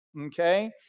okay